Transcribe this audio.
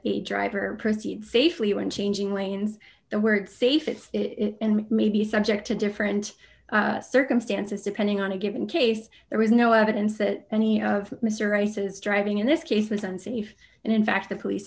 the driver proceed safely when changing lanes the word safe is it may be subject to different circumstances depending on a given case there is no evidence that any of mr rice's driving in this case was unsafe and in fact the police